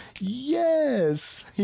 Yes